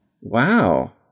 Wow